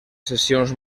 sessions